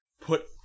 put